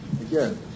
Again